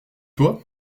toi